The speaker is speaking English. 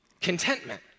contentment